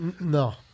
No